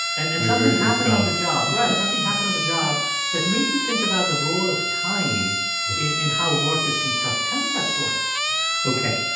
and and something happened on the job right. something happened on the job that made you think about the role of time in how work is constructed. tell me that story ok,